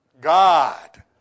God